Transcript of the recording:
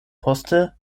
poste